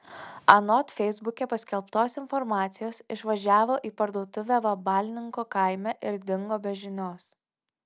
anot feisbuke paskelbtos informacijos išvažiavo į parduotuvę vabalninko kaime ir dingo be žinios